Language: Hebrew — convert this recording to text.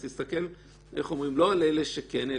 אז תסתכל לא על אלה שכן,